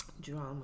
Drama